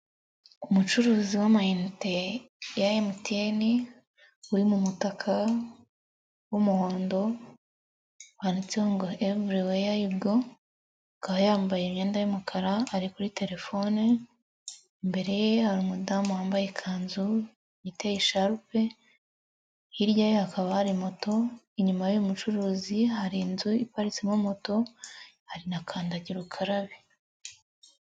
Umucuruzi w'amayinteye ya mtn uri mu mutaka w'umuhondo yanditseho ngo everi wayi go akaba yambaye imyenda y'umukara ari kuri terefone imbere ye hari umudamu wambaye ikanzu yiteye sharupe, hirya ye hakaba hari moto inyuma y'uyumucuruzi hari inzu iparitsemo moto hari na kandagira ukarabe.